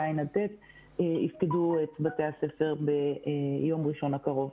ז' עד ט' יפקדו את בתי הספר ביום ראשון הקרוב.